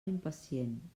impacient